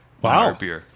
Wow